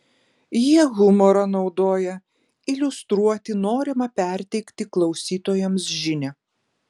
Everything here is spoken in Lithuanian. jie humorą naudoja iliustruoti norimą perteikti klausytojams žinią